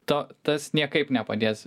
to tas niekaip nepadės